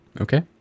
Okay